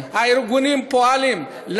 הארגונים פועלים.